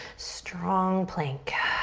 strong plank.